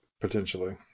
potentially